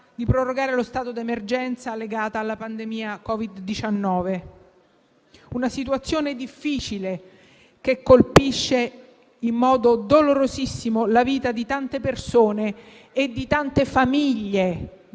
di prorogare lo stato d'emergenza legata alla pandemia da Covid-19. È una situazione difficile che colpisce in modo dolorosissimo la vita di tante persone e di tante famiglie;